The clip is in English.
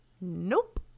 Nope